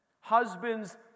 Husbands